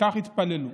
כך התפללו